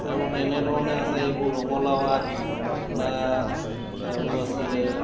আৰু তেনেধৰণে আছে এইবোৰ ৰঙালাও আগ বা আৰু আছিলে